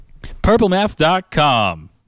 Purplemath.com